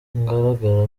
ngaragara